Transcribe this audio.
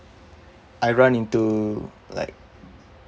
I run into like